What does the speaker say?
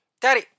Daddy